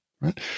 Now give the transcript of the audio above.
Right